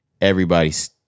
everybody's